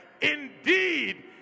Indeed